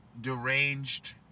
deranged